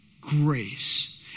grace